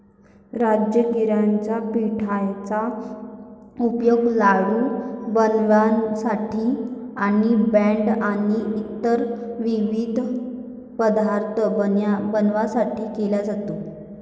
राजगिराच्या पिठाचा उपयोग लाडू बनवण्यासाठी आणि ब्रेड आणि इतर विविध पदार्थ बनवण्यासाठी केला जातो